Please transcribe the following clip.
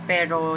Pero